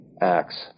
acts